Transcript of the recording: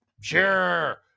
Sure